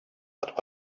that